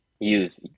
use